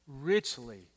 richly